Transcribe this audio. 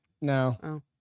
No